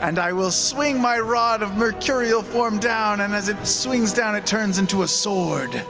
and i will swing my rod of mercurial form down and as it swings down it turns into a sword